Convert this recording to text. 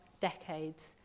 decades